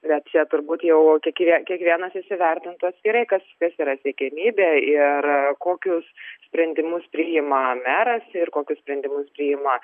bet čia turbūt jau kiekvie kiekvienas įsivertintų atskirai kas kas yra siekiamybė ir kokius sprendimus priima meras ir kokius sprendimus priima